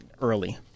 early